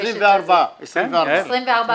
24 אנשים.